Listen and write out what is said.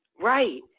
Right